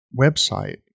website